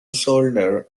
solder